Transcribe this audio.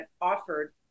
offered